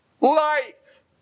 life